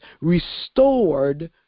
restored